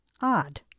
Odd